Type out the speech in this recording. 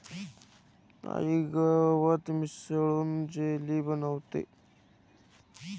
आई गवत मिसळून जेली बनवतेय